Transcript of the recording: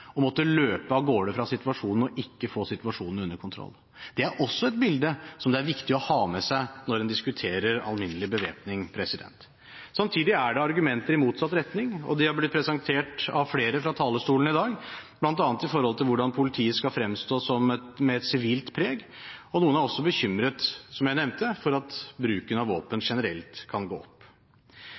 å måtte løpe av gårde fra situasjonen og ikke få situasjonen under kontroll. Det er også et bilde som det er viktig å ha med seg når en diskuterer alminnelig bevæpning. Samtidig er det argumenter i motsatt retning, og de har blitt presentert av flere fra talerstolen i dag, bl.a. når det gjelder hvordan politiet skal fremstå med et sivilt preg, og noen er også bekymret, som jeg nevnte, for at bruken av våpen generelt kan gå opp.